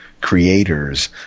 creators